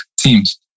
teams